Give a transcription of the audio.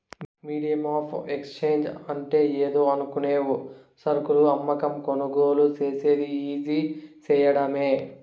medium of exchange అంటే ఏందో అనుకునేవు సరుకులు అమ్మకం, కొనుగోలు సేసేది ఈజీ సేయడమే